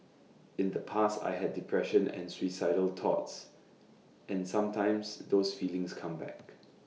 in the past I had depression and suicidal thoughts and sometimes those feelings come back